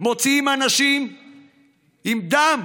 מוציאים אנשים עם דם,